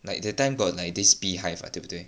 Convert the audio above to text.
like that time got this like beehive [what] 对不对